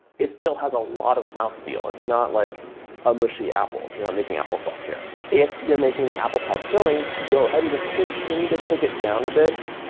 it still has a lot of mouthfeel it's not like a mushy apple. you know um making applesauce here. if you're making the apple pie filling go ahead and just continue to cook it down a bit.